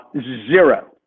Zero